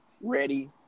ready